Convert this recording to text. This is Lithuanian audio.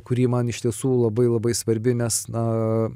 kuri man iš tiesų labai labai svarbi nes na